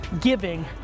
giving